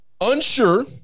unsure